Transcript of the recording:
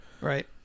right